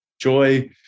Joy